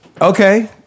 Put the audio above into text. Okay